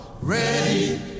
Ready